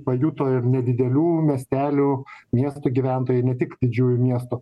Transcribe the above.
pajuto ir nedidelių miestelių miestų gyventojai ne tik didžiųjų miestų